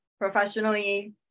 professionally